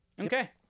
Okay